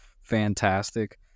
Fantastic